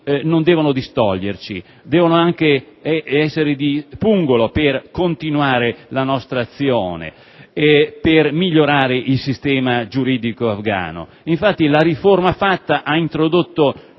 non devono distoglierci; devono anche essere di pungolo per continuare la nostra azione volta a migliorare il sistema giuridico afghano. Infatti, la riforma varata ha introdotto